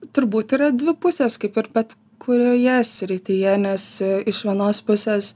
turbūt yra dvi pusės kaip ir bet kurioje srityje nes iš vienos pusės